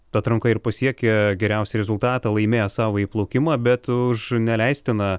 atrankoj ir pasiekė geriausią rezultatą laimėjo savąjį plaukimą bet už neleistiną